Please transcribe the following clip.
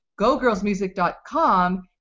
GoGirlsMusic.com